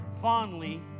fondly